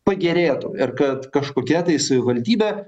pagerėtų ir kad kažkokia tai savivaldybė